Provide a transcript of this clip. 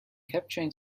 capturing